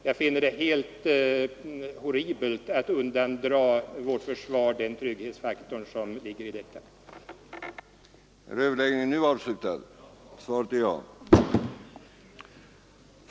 Jag finner det helt horribelt att undandra den trygghetsfaktor som ligger i att ha en fungerande underrättelsetjänst.